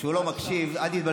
כשהוא לא מקשיב, אל תתבלבלו,